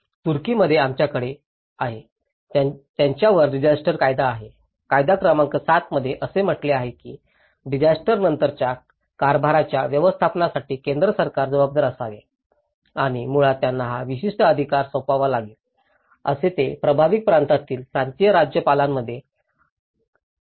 तुर्कीमध्ये आमच्याकडे आहे त्यांच्यावर डिसायस्टर कायदा आहे कायदा क्रमांक 7 मध्ये असे म्हटले आहे की डिसायस्टर नंतरच्या कारभाराच्या व्यवस्थापनासाठी केंद्र सरकार जबाबदार असावे आणि मुळात त्यांना हा विशिष्ट अधिकार सोपवावा लागेल असे ते प्रभावित प्रांतातील प्रांतीय राज्यपालांमध्ये कामकम म्हणून संबोधतात